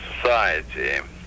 society